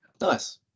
Nice